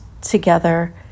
together